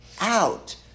out